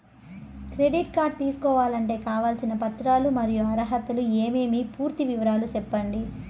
Credit card తీసుకోవాలంటే కావాల్సిన పత్రాలు మరియు అర్హతలు ఏమేమి పూర్తి వివరాలు సెప్పండి?